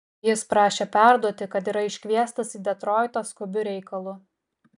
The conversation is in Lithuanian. jis prašė perduoti kad yra iškviestas į detroitą skubiu reikalu